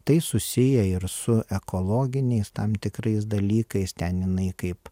tai susiję ir su ekologiniais tam tikrais dalykais ten jinai kaip